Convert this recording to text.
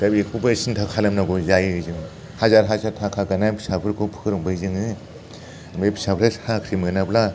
दा बेखौबो सिनथा खालामनांगौ जायो जोङो हाजार हाजार थाखा गारनानै फिसाफोरखौ फोरोंबाय जोङो ओमफ्राय फिसाफ्रा साख्रि मोनाब्ला